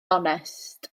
onest